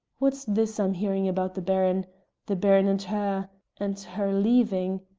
what's this i'm hearing about the baron the baron and her and her, leaving?